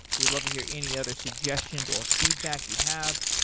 we'd love to hear any other suggestions or feedback you have.